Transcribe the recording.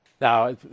Now